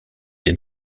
des